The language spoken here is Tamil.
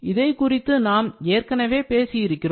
இதை குறித்து நாம் ஏற்கனவே பேசியிருக்கிறோம்